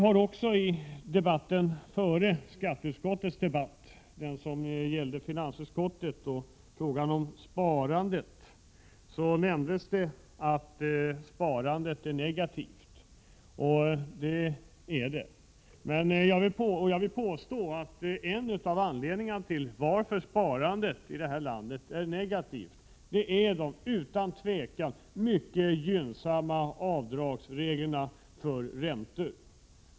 I föregående debatt, i anslutning till finansutskottets betänkande, har nämnts att sparandet är negativt, och det stämmer. Jag vill påstå att en av orsakerna till detta är de utan tvivel mycket gynnsamma avdragsreglerna för räntor.